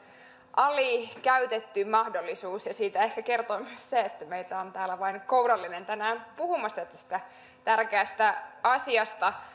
alikäytetty mahdollisuus ja siitä ehkä kertoo myös se että meitä on täällä vain kourallinen tänään puhumassa tästä tärkeästä asiasta